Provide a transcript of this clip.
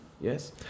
yes